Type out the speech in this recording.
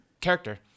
character